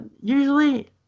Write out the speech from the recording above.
usually